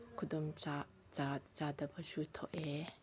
ꯈꯨꯗꯣꯡ ꯆꯥꯗꯕꯁꯨ ꯊꯣꯛꯑꯦ